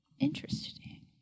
Interesting